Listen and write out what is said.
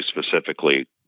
specifically